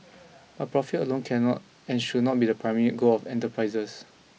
but profit alone cannot and should not be the primary goal of enterprises